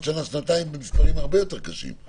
שנה-שנתיים עם מספרים הרבה יותר קשים.